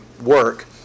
work